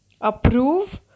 approve